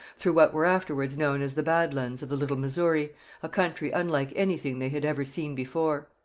through what were afterwards known as the bad lands of the little missouri, a country unlike anything they had ever seen before.